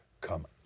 come